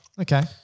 okay